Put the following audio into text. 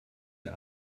der